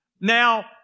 Now